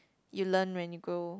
you learn when you grow